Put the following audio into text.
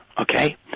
okay